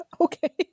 Okay